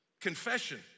Confession